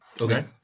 Okay